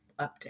update